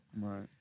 Right